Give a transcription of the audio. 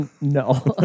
No